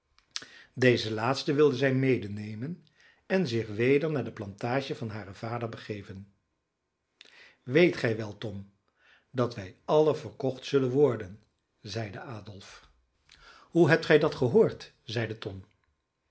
deze laatsten wilde zij medenemen en zich weder naar de plantage van haren vader begeven weet gij wel tom dat wij allen verkocht zullen worden zeide adolf hoe hebt gij dat gehoord zeide tom